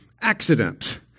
accident